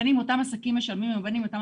בין אם אותם עסקים משלמים ובין אם לא,